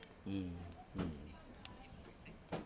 mm mm